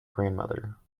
grandmother